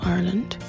Ireland